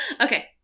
Okay